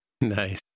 Nice